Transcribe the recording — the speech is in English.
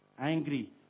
angry